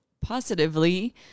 positively